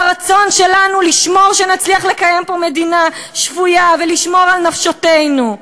והרצון שלנו לשמור שנצליח לקיים פה מדינה שפויה ולשמור על נפשותינו.